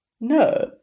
No